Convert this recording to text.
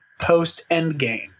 post-Endgame